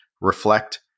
reflect